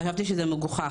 חשבתי שזה מגוחך,